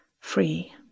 Free